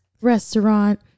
restaurant